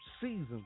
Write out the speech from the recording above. season